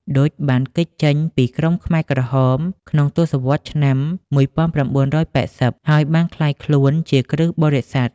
ឌុច បានគេចចេញពីក្រុមខ្មែរក្រហម ក្នុងទសវត្សរ៍ឆ្នាំ១៩៨០ ហើយបានក្លាយខ្លួនជាគ្រិស្តបរិស័ទ។